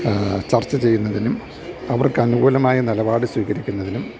ചർച്ച ചെയ്യുന്നതിനും അവർക്കനുകൂലമായ നിലപാട് സ്വീകരിക്കുന്നതിനും